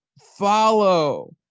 follow